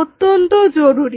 অত্যন্ত জরুরী